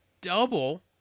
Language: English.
double